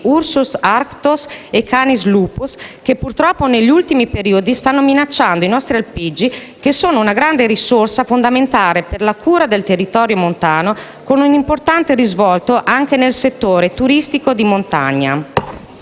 *ursus arctos* e *canis lupus*, che purtroppo negli ultimi periodi stanno minacciando i nostri alpeggi che sono una grande risorsa fondamentale per la cura del territorio montano con un importante risvolto anche nel settore turistico di montagna.